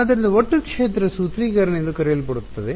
ಆದ್ದರಿಂದ ಒಟ್ಟು ಕ್ಷೇತ್ರ ಸೂತ್ರೀಕರಣ ಎಂದು ಕರೆಯಲ್ಪಡುತ್ತದೆ